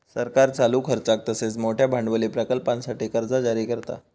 सरकार चालू खर्चाक तसेच मोठयो भांडवली प्रकल्पांसाठी कर्जा जारी करता